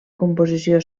composició